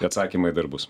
atsakymai dar bus